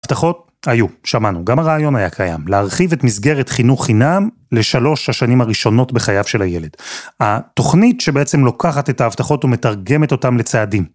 הבטחות היו, שמענו, גם הרעיון היה קיים, להרחיב את מסגרת חינוך חינם לשלוש השנים הראשונות בחייו של הילד. התוכנית שבעצם לוקחת את ההבטחות ומתרגמת אותם לצעדים.